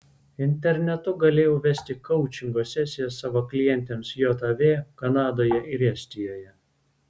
internetu galėjau vesti koučingo sesijas savo klientėms jav kanadoje ir estijoje